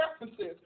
references